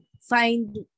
find